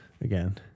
again